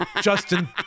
Justin